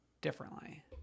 differently